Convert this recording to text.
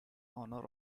honor